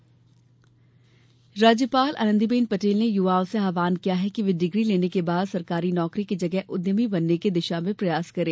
राज्यपाल राज्यपाल आनंदीबेन पटेल ने युवाओं से आह्वान किया है कि वे डिग्री लेने के बाद सरकारी नौकरी की जगह उद्यमी बनने की दिशा में प्रयास करें